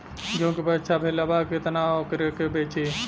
गेहूं के उपज अच्छा भेल बा लेकिन वोकरा के कब बेची?